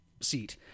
seat